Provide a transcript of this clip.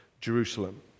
Jerusalem